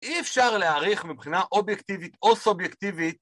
אי אפשר להעריך מבחינה אובייקטיבית או סובייקטיבית